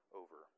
over